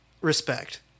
respect